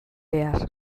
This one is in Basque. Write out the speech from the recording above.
behar